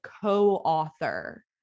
co-author